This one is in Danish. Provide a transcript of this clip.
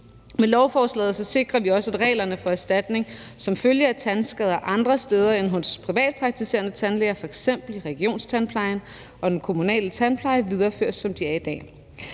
Med lovforslaget sikrer vi også, at reglerne for erstatning som følge af tandskader andre steder end hos privatpraktiserende tandlæger, f.eks. i regionstandplejen og den kommunale tandpleje, videreføres, som de er i dag.